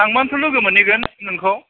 थांबानोथ' लोगो मोनहैगोन नोंखौ